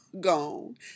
gone